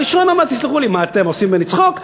הראשון אמר: תסלחו לי, אתם עושים ממני צחוק?